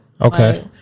Okay